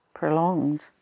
prolonged